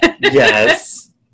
yes